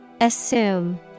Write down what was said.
Assume